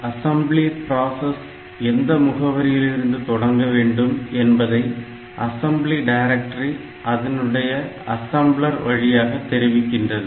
assembly process எந்த முகவரியிலிருந்து தொடங்க வேண்டும் என்பதை அசம்பலர் டைரக்டரி அதனுடைய அசம்பலர் வழியாக தெரிவிக்கிறது